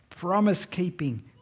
promise-keeping